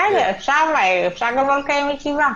אפשר מהר, אפשר גם לא לקיים ישיבה.